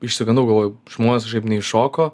išsigandau galvoju žmonės kažkaip neiššoko